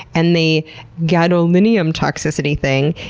and the gadolinium toxicity thing.